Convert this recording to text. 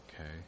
Okay